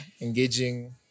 engaging